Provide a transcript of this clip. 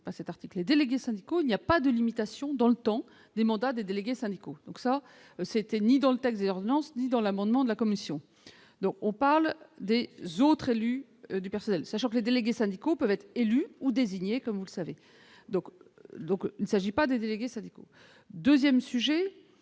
par cet article, les délégués syndicaux, il n'y a pas de limitation dans le temps des mandats des délégués syndicaux, donc ça c'était ni dans le telles et ordonnances ni dans l'amendement de la commission dont on parle d'elle d'autres élus du personnel sachant que les délégués syndicaux peuvent être élus ou désignés comme vous le savez, donc, donc il ne s'agit pas des délégués syndicaux 2ème sujet